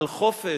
על חופש.